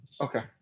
Okay